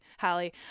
Hallie